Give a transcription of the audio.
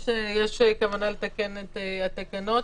יש כוונה לתקן את התקנות,